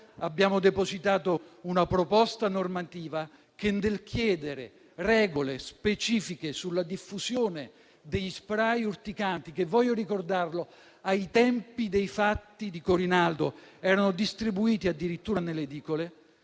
abbiamo depositato una proposta normativa che, nel chiedere regole specifiche sulla diffusione degli *spray* urticanti, che - voglio ricordarlo - ai tempi dei fatti di Corinaldo erano distribuiti addirittura nelle edicole,